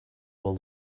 will